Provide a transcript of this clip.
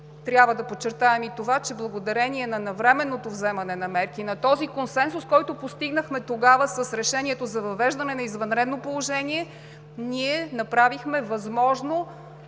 Трябва да подчертаем и това, че благодарение на навременното вземане на мерки, на този консенсус, който постигнахме тогава с решението за въвеждане на извънредно положение, ние направихме възможно